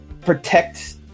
protect